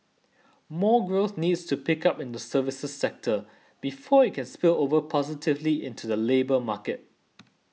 more growth needs to pick up in the services sector before it can spill over positively into the labour market